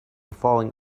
falling